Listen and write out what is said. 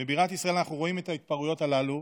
בבירת ישראל אנחנו רואים את ההתפרעויות הללו,